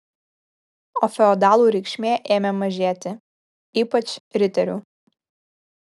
o feodalų reikšmė ėmė mažėti ypač riterių